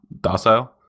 docile